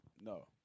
no